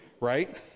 Right